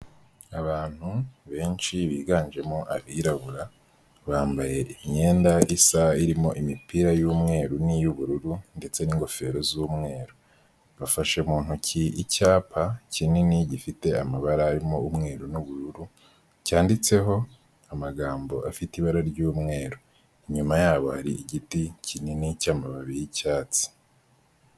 Abantu benshi biganjemo abirabura, bambaye imyenda isa irimo imipira y'umweru n'iy'ubururu ndetse n'ingofero z'umweru, bafashe mu ntoki icyapa kinini gifite amabara arimo umweru n'ubururu, cyanditseho amagambo afite ibara ry'umweru inyuma yabo ari igiti kinini cy'amababi y'icyatsi.